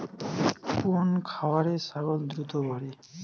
কোন খাওয়ারে ছাগল দ্রুত বাড়ে?